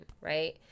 right